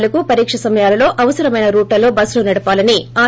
పరికా కేంద్రాలకు పరీక్ష సమయాలలో అవసరమైన రూట్లలో బస్సులు నడపాలని ఆర్